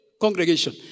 congregation